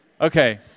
Okay